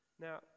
now